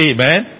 Amen